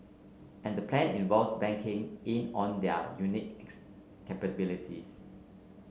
and the plan involves banking in on their unique capabilities